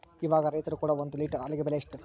ಇವಾಗ ರೈತರು ಕೊಡೊ ಒಂದು ಲೇಟರ್ ಹಾಲಿಗೆ ಬೆಲೆ ಎಷ್ಟು?